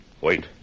Wait